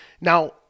Now